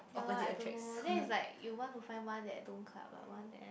ya lor I don't know lor then it's like you want to find one that don't club but one that